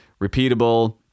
repeatable